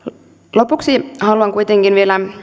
lopuksi haluan kuitenkin vielä